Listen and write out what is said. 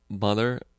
mother